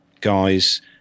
guys